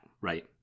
Right